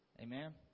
Amen